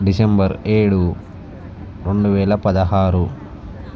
December ఏడు రెండు వేల పదహారు